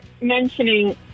mentioning